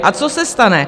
A co se stane?